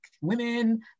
women